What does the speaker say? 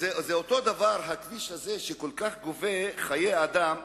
אותו דבר הכביש הזה שגובה כל כך הרבה חיי אדם.